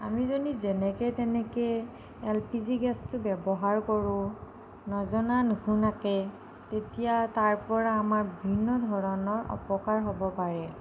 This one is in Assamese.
আমি যদি যেনেকৈ তেনেকৈ এল পি জি গেছটো ব্য়ৱহাৰ কৰোঁ নজনা নুশুনাকৈ তেতিয়া তাৰ পৰা আমাৰ বিভিন্ন ধৰণৰ অপকাৰ হ'ব পাৰে